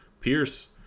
Pierce